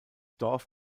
dorf